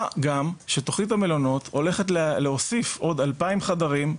מה גם שתוכנית המלונות הולכת להוסיף עוד 2,000 חדרים,